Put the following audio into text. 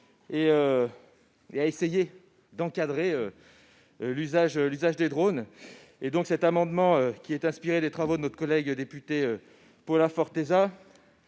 et a essayé d'encadrer l'usage des drones. Cet amendement, inspiré des travaux de notre collègue députée Paula Forteza,